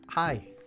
Hi